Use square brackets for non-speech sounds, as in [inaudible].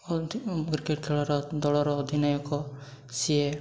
[unintelligible] cricket ଖେଳର ଦଳର ଅଧିନାୟକ ସିଏ